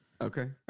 Okay